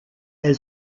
elle